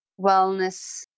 wellness